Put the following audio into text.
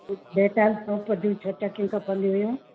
Dettol soap जूं छ्ह चकियूं खपंदियूं हुयूं